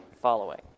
following